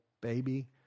baby